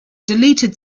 deleted